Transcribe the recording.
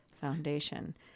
Foundation